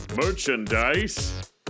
Merchandise